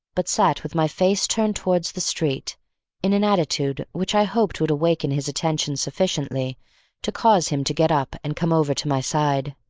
but sat with my face turned towards the street in an attitude which i hoped would awaken his attention sufficiently to cause him to get up and come over to my side.